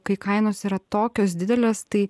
kai kainos yra tokios didelės tai